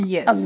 Yes